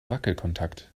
wackelkontakt